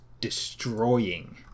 destroying